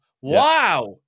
Wow